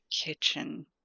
kitchen